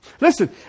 Listen